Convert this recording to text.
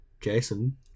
Jason